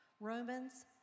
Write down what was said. Romans